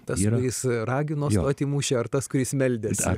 tas kuris ragino stoti į mūšį ar tas kuris meldėsi